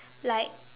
like